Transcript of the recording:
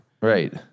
Right